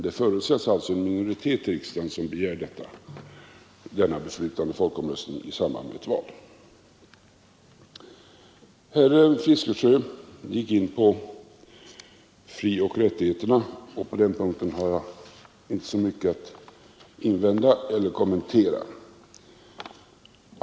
Det förutsätts alltså att en minoritet i riksdagen begär en sådan beslutande folkomröstning i samband med ett val. Herr Fiskesjö gick in på frioch rättigheterna. På den punkten har jag inte så mycket att invända eller kommentera.